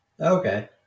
Okay